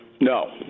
No